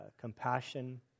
compassion